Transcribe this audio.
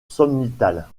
sommitale